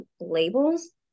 labels